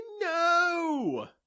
No